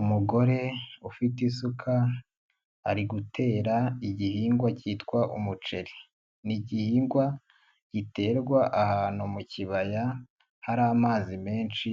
Umugore ufite isuka, ari gutera igihingwa cyitwa umuceri. Ni igihingwa giterwa ahantu mu kibaya hari amazi menshi,